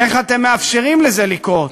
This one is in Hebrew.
איך אתם מאפשרים לזה לקרות?